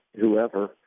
whoever